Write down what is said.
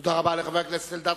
תודה רבה לחבר הכנסת אלדד.